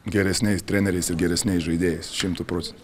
geresniais treneriais ir geresniais žaidėjais šimtu procentų